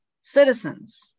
citizens